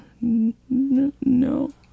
no